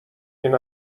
این